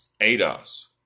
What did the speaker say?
ADOS